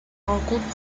rencontres